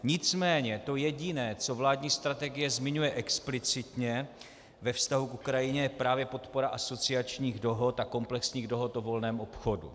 Nicméně to jediné, co vládní strategie zmiňuje explicitně ve vztahu k Ukrajině, je právě podpora asociačních dohod a komplexních dohod o volném obchodu.